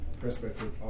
perspective